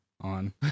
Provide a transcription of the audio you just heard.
on